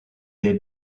des